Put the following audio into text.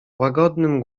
łagodnym